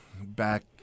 back –